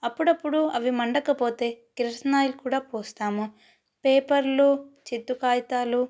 అప్పుడప్పుడు అవి మండకపోతే కిరసనాయిల్ కూడా పోస్తాము పేపర్లు చిత్తు కాగితాలు